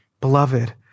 Beloved